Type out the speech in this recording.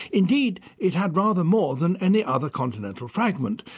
indeed, it had rather more than any other continental fragment,